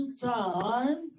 time